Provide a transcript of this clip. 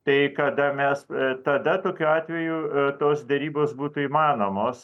tai kada mes tada tokiu atveju tos derybos būtų įmanomos